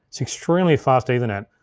it's extremely fast ethernet.